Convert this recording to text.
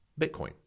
bitcoin